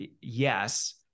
Yes